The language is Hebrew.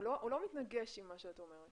הוא לא מתנגש עם מה שאת אומרת.